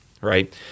right